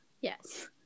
yes